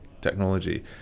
technology